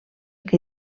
que